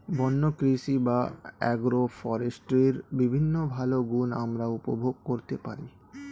বন্য কৃষি বা অ্যাগ্রো ফরেস্ট্রির বিভিন্ন ভালো গুণ আমরা উপভোগ করতে পারি